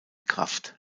kraft